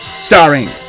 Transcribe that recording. Starring